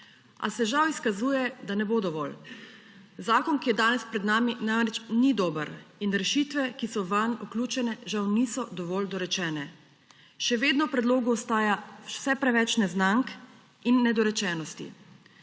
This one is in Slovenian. A se žal izkazuje, da ne bo dovolj. Zakon, ki je danes pred nami, namreč ni dober in rešitve, ki so vanj vključene, žal niso dovolj dorečene. Še vedno v predlogu ostaja vse preveč neznank in nedorečenosti.